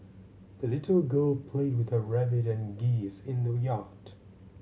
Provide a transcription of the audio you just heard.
the little girl played with her rabbit and geese in the yard